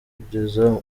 kugeza